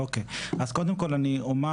קודם כל, אני אומר